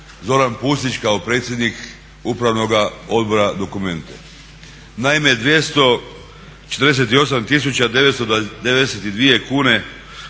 Zoran Pusić kao predsjednik Upravnog odbora Documenta-e. Naime, 248 992 kune